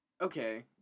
Okay